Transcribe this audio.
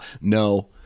no